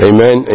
Amen